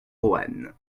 roanne